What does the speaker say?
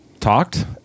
Talked